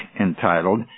entitled